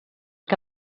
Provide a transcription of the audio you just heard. que